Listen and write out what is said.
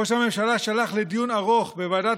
ראש הממשלה שלח לדיון ארוך בוועדת